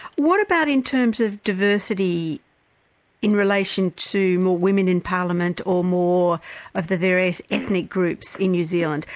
what about in terms of diversity in relation to more women in parliament or more of the various ethnic groups in new zealand,